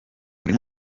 buri